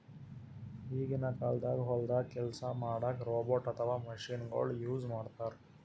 ಈಗಿನ ಕಾಲ್ದಾಗ ಹೊಲ್ದಾಗ ಕೆಲ್ಸ್ ಮಾಡಕ್ಕ್ ರೋಬೋಟ್ ಅಥವಾ ಮಷಿನಗೊಳು ಯೂಸ್ ಮಾಡ್ತಾರ್